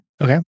Okay